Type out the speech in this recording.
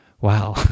Wow